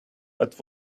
but